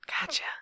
Gotcha